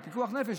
זה פיקוח נפש,